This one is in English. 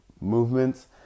movements